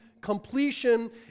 completion